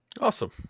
Awesome